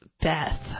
Beth